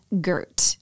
Gert